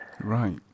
Right